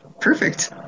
Perfect